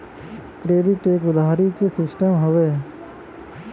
credit एक उधारी के सिस्टम हउवे